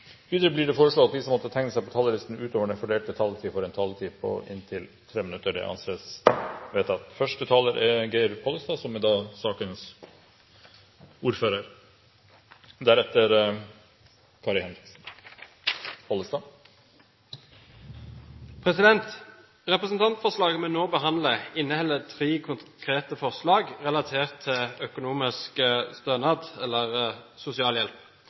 Videre blir det foreslått at de som måtte tegne seg på talerlisten utover den fordelte taletid, får en taletid på inntil 3 minutter. – Det anses vedtatt. Representantforslaget vi nå behandler, inneholder tre konkrete forslag relatert til økonomisk stønad eller sosialhjelp.